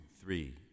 three